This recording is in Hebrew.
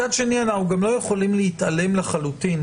מצד שני, אנחנו גם לא יכולים להתעלם לחלוטין